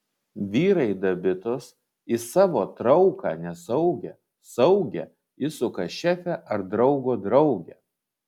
vyrai dabitos į savo trauką nesaugią saugią įsuka šefę ar draugo draugę